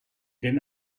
den